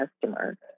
customer